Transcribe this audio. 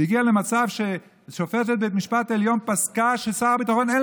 זה הגיע למצב ששופטת בית משפט עליון פסקה שלשר הביטחון אין